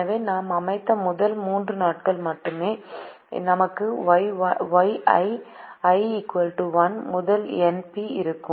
எனவே நாம் அமைத்த முதல் 3 நாட்கள் மட்டுமே நமக்கு Yi i 1 முதல் n p இருக்கும்